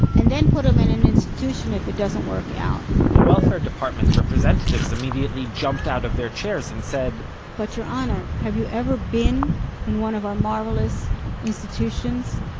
and then put him in an and institution if it doesn't work out the welfare department's representatives immediately jumped out of their chairs and said but your honor, have you ever been in one of our marvelous institutions?